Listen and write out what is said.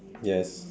yes